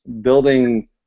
building